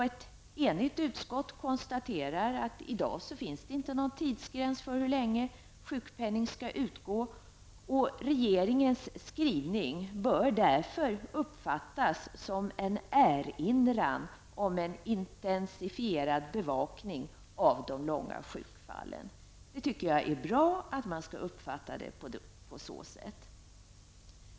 Ett enigt utskott konstaterar att det i dag inte finns någon tidsgräns för hur länge sjukpenning skall utgå. Regeringens skrivning bör därför uppfattas som en erinran om en intensifierad bevakning av de långvariga sjukfallen, och jag tycker att det är bra att skrivningen skall uppfattas på så sätt.